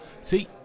See